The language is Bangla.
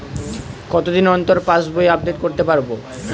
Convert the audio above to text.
কতদিন অন্তর পাশবই আপডেট করতে পারব?